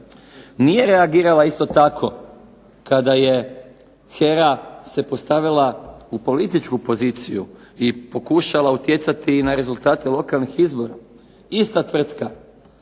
Nije reagirala isto tako kada je HERA se postavila u političku poziciju i pokušala utjecati i na rezultate lokalnih izbora. Ista tvrtka